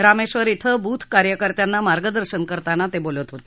रामेश्वर क्रिं बुथ कार्यकर्त्यांना मार्गदर्शन करताना ते बोलत होते